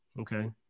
Okay